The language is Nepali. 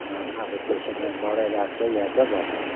उनीहरूलाई अब पेसेन्टलाई डरै लाग्छ या त गर्दैन